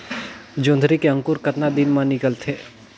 जोंदरी के अंकुर कतना दिन मां निकलथे?